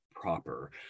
proper